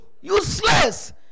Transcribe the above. Useless